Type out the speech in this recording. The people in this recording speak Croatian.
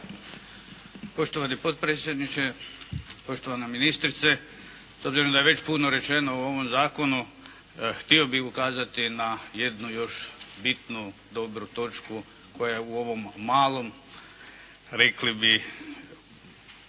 Poštovani potpredsjedniče, poštovana ministrice. S obzirom da je već puno rečeno o ovom Zakonu, htio bih ukazati na jednu još bitnu dobru točku koja je u ovom malom, rekli bi